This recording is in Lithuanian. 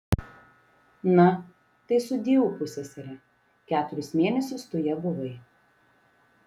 na tai sudieu pussesere keturis mėnesius tu ja buvai